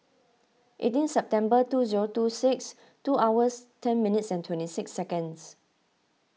eighteen September two zero two six two hours ten minutes and twenty six seconds